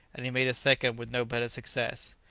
and he made a second with no better success.